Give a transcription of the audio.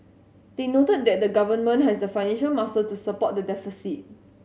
they noted that the Government has the financial muscle to support the deficit